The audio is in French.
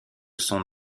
son